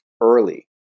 early